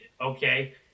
okay